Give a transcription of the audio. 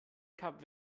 kap